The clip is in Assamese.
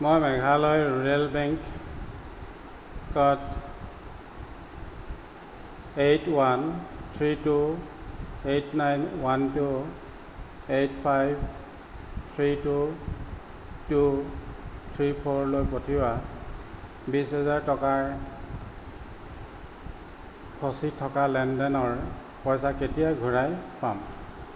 মই মেঘালয় ৰুৰেল বেংকত eight one three two eight nine one two eight five three two two three ফ'ৰলৈ পঠিওৱা বিছ হাজাৰ টকাৰ ফচি থকা লেনদেনৰ পইচা কেতিয়া ঘূৰাই পাম